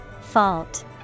Fault